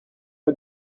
pas